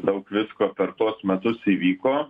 daug visko per tuos metus įvyko